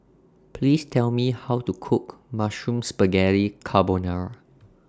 Please Tell Me How to Cook Mushroom Spaghetti Carbonara